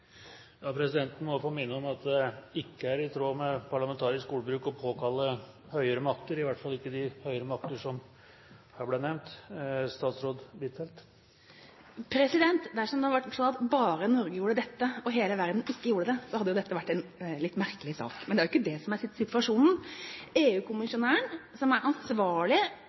Presidenten må minne om at det ikke er i tråd med parlamentarisk ordbruk å påkalle høyere makter, i hvert fall ikke de høyere makter som her ble nevnt. Dersom det hadde vært sånn at bare Norge gjorde dette, og hele verden ikke gjorde det, hadde dette vært en litt merkelig sak. Men det er jo ikke det som er situasjonen. EU-kommissæren, som er ansvarlig